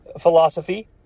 philosophy